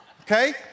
Okay